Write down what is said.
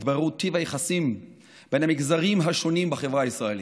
התבררו טיב היחסים בין המגזרים השונים בחברה הישראלית.